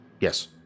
Yes